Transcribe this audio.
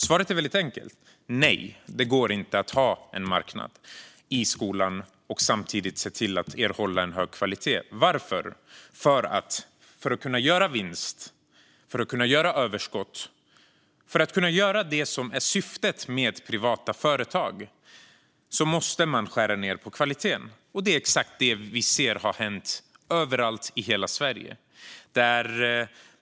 Svaret är väldigt enkelt: Nej, det går inte att ha en marknad i skolan och samtidigt se till att erhålla hög kvalitet. För att kunna göra vinst och överskott, vilket är syftet med privata företag, måste man nämligen skära ned på kvaliteten. Det är exakt det vi ser har hänt överallt i hela Sverige.